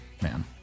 Man